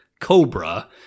cobra